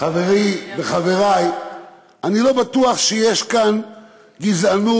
חברי וחברי: אני לא בטוח שיש כאן גזענות